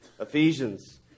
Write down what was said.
Ephesians